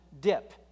dip